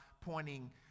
pointing